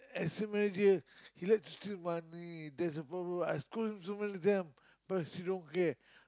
assistant manager he like to steal money that's the problem I scold him so many time but she don't care